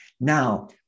Now